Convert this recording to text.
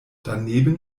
daneben